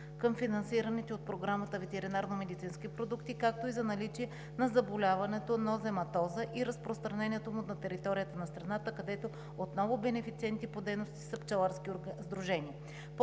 към финансираните от програмата ветеринарномедицински продукти, както и за наличие на заболяването на нозематоза и разпространението на територията на страната, където отново бенефициенти по дейностите са пчеларски сдружения.